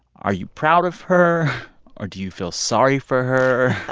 are you proud of her or do you feel sorry for her?